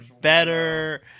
better